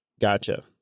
Gotcha